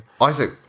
Isaac